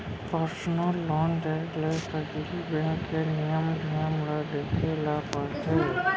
personal loan देय ले पहिली बेंक के नियम धियम ल देखे ल परथे